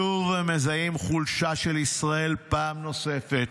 שוב מזהים חולשה של ישראל פעם נוספת.